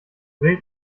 wählt